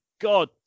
God